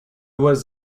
was